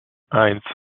eins